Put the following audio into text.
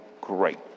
great